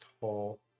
Hall